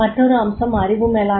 மற்றொரு அம்சம் அறிவு மேலாண்மை